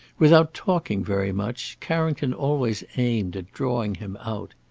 without talking very much, carrington always aimed at drawing him out.